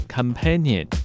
Companion